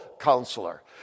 counselor